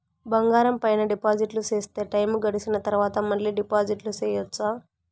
బంగారం పైన డిపాజిట్లు సేస్తే, టైము గడిసిన తరవాత, మళ్ళీ డిపాజిట్లు సెయొచ్చా?